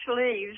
leaves